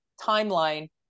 timeline